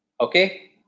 okay